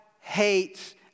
hates